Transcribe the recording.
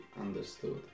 understood